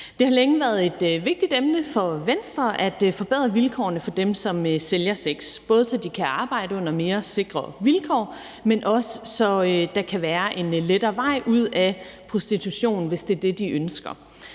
Det har længe været et vigtigt emne for Venstre at forbedre vilkårene for dem, som sælger sex, både så de kan arbejde under mere sikre vilkår, men også, så der kan væreen lettere vej ud af prostitution, hvis det er det, de ønsker.